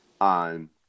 on